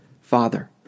father